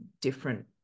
different